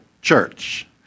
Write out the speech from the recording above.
Church